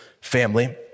family